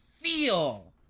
feel